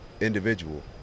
individual